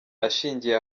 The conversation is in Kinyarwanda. ashingiye